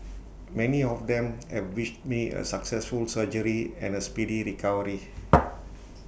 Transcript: many of them have wished me A successful surgery and A speedy recovery